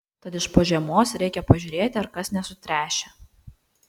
tad iš po žiemos reikia pažiūrėti ar kas nesutręšę